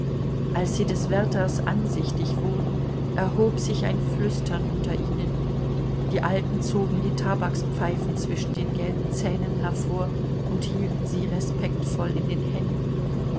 als sie des wärters ansichtig wurden erhob sich ein flüstern unter ihnen die alten zogen die tabakspfeifen zwischen den gelben zähnen hervor und hielten sie respektvoll in den händen